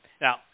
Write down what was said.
Now